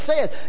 says